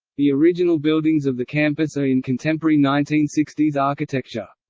the original buildings of the campus are in contemporary nineteen sixty s architecture.